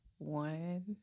One